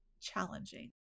challenging